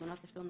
חשבונות תשלום,